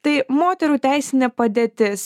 tai moterų teisinė padėtis